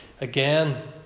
again